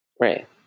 right